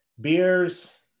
Beers